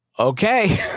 Okay